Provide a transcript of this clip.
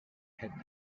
had